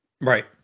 Right